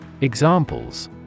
Examples